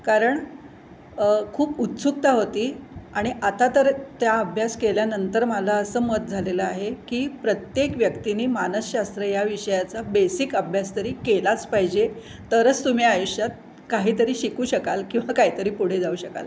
कारण खूप उत्सुकता होती आणि आता तर त्या अभ्यास केल्यानंतर मला असं मत झालेलं आहे की प्रत्येक व्यक्तीने मानसशास्त्र या विषयाचा बेसिक अभ्यास तरी केलाच पाहिजे तरच तुम्ही आयुष्यात काहीतरी शिकू शकाल किंवा काहीतरी पुढे जाऊ शकाल